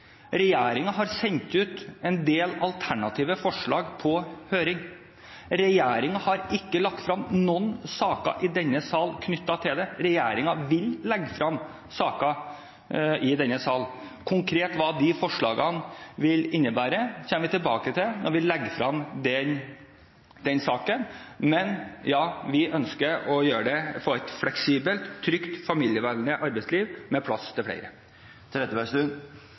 har sendt ut en del alternative forslag på høring. Regjeringen har ikke lagt frem noen saker i denne sal knyttet til det; regjeringen vil legge frem saker i denne sal. Hva forslagene konkret vil innebære, kommer vi tilbake til når vi legger frem de sakene. Men: Ja, vi ønsker å få et fleksibelt, trygt og familievennlig arbeidsliv med plass til flere.